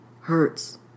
hurts